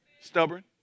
stubborn